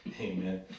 Amen